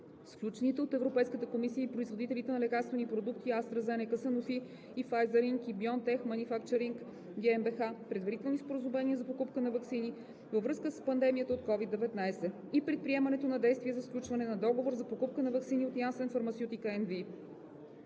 сключените от Европейската комисия и производителите на лекарствени продукти AstraZeneca, Sanofi и Pfizer Inc. и BioNTech Manufacturing GmbH предварителни споразумения за покупка на ваксини във връзка с пандемията от СОVID-19 и предприемането на действия за сключване на договор за покупка на ваксини от Janssen Pharmaceutica NV.